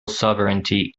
sovereignty